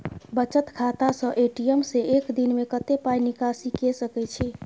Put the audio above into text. बचत खाता स ए.टी.एम से एक दिन में कत्ते पाई निकासी के सके छि?